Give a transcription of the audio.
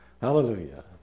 Hallelujah